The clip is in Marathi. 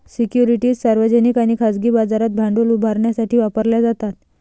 सिक्युरिटीज सार्वजनिक आणि खाजगी बाजारात भांडवल उभारण्यासाठी वापरल्या जातात